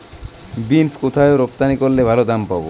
Beans কোথায় রপ্তানি করলে ভালো দাম পাব?